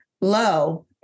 low